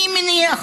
אני מניח